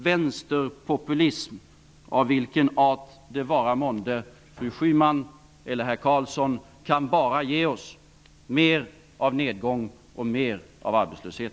Vänsterpopulism av vilken art det vara månde, fru Schymans eller herr Carlssons, kan bara ge oss mer av nedgång och mer av arbetslöshet.